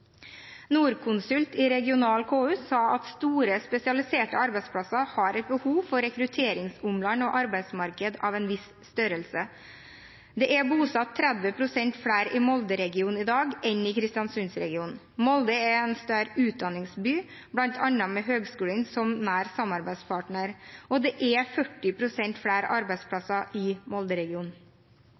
regional KU sa at store spesialiserte arbeidsplasser har et behov for rekrutteringsomland og arbeidsmarked av en viss størrelse. Det er bosatt 30 pst. flere i Molde-regionen i dag enn i Kristiansund-regionen. Molde er en sterk utdanningsby, bl.a. med Høgskolen i Molde som nær samarbeidspartner, og det er 40 pst. flere arbeidsplasser i